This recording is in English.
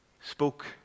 spoke